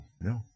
no